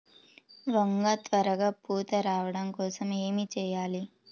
వంగ త్వరగా పూత రావడం కోసం ఏమి చెయ్యాలి?